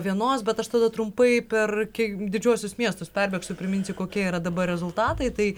vienos bet aš tada trumpai per kiek didžiuosius miestus perbėgsiu priminsiu kokie yra dabar rezultatai tai